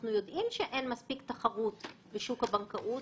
אנחנו יודעים שאין מספיק תחרות בשוק הבנקאות.